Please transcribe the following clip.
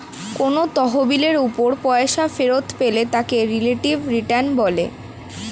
কোন তহবিলের উপর পয়সা ফেরত পেলে তাকে রিলেটিভ রিটার্ন বলে